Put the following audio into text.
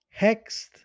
hexed